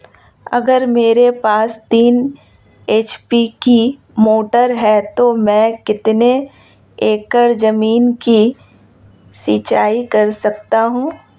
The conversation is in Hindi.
अगर मेरे पास तीन एच.पी की मोटर है तो मैं कितने एकड़ ज़मीन की सिंचाई कर सकता हूँ?